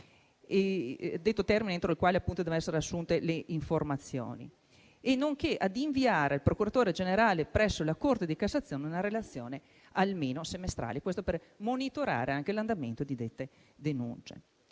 del termine entro il quale devono essere assunte le informazioni, nonché a inviare al procuratore generale presso la Corte di cassazione una relazione almeno semestrale, per monitorare l'andamento di dette denunce.